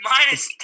Minus